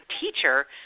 teacher